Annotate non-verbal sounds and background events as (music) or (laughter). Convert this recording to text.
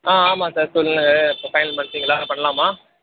ஆ ஆமாம் சார் சொல்லு (unintelligible) இப்போ ஃபைனல் பண்ணிட்டிங்களா பண்ணலாமா